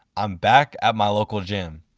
i'm back at my local gym.